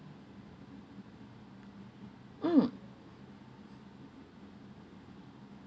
mm